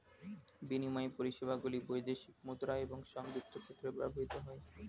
বিনিময় পরিষেবাগুলি বৈদেশিক মুদ্রা এবং সংযুক্ত ক্ষেত্রে ব্যবহৃত হয়